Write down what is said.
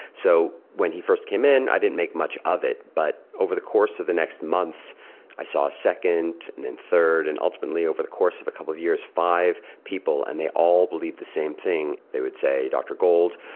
so, when he first came in, i didn't make much of it. but over the course of the next months i saw a second, then third, and ultimately over the course of a couple of years five people. and they all believed the same thing. they would say, dr gold,